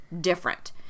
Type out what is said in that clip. different